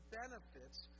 benefits